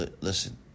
Listen